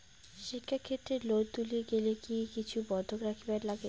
শিক্ষাক্ষেত্রে লোন তুলির গেলে কি কিছু বন্ধক রাখিবার লাগে?